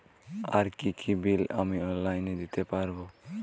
আর কি কি বিল আমি অনলাইনে দিতে পারবো?